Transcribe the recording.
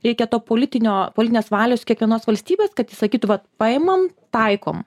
reikia to politinio politinės valios kiekvienos valstybės kad ji sakytų vat paimam taikom